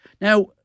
now